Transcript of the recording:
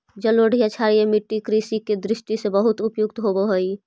जलोढ़ या क्षारीय मट्टी कृषि के दृष्टि से बहुत उपयुक्त होवऽ हइ